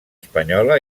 espanyola